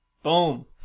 Boom